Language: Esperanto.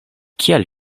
kial